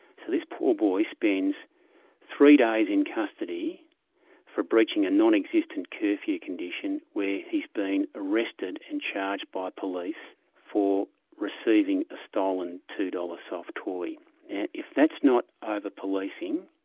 so this poor boy spends three days in custody for breaching a non-existent curfew condition where he's been arrested and charged by police for receiving a stolen two dollars soft toy. now if that's not ah over-policing,